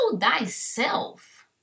thyself